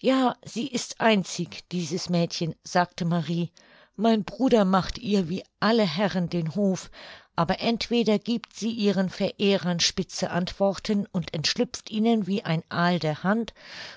ja sie ist einzig dieses mädchen sagte marie mein bruder macht ihr wie alle herren den hof aber entweder giebt sie ihren verehrern spitze antworten und entschlüpft ihnen wie ein aal der hand